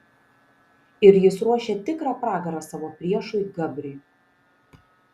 ir jis ruošia tikrą pragarą savo priešui gabriui